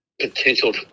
potential